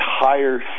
entire